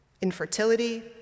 infertility